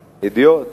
"ידיעות".